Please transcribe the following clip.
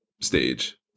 stage